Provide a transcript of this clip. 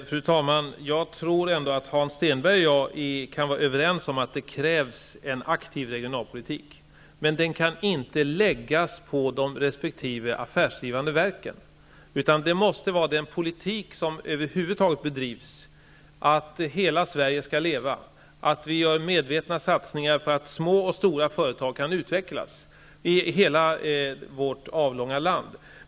Fru talman! Jag tror ändå att Hans Stenberg och jag kan vara överens om att det krävs en aktiv regionalpolitik, men den kan inte läggas på resp. affärsdrivande verk. Vad det gäller är den politik som över huvud taget bedrivs, att hela Sverige skall leva, att vi gör medvetna satsningar på att små och stora företag kan utvecklas i hela vårt avlånga land.